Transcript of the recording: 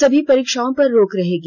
सभी परीक्षाओं पर रोक रहेगी